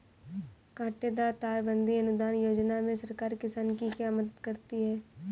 कांटेदार तार बंदी अनुदान योजना में सरकार किसान की क्या मदद करती है?